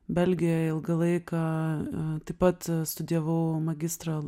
belgijoj ilgą laiką taip pat studijavau magistrą